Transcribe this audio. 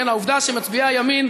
העובדה שמצביעי הימין